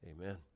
amen